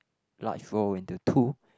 large bowl into two